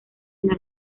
una